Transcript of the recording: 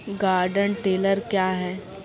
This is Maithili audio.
गार्डन टिलर क्या हैं?